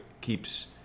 keeps